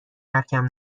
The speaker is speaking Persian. ترکم